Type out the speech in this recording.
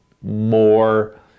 more